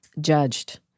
judged